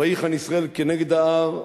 "ויחן ישראל כנגד ההר",